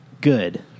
good